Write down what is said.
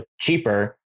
cheaper